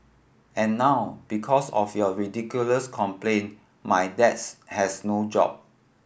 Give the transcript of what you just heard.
and now because of your ridiculous complaint my dads has no job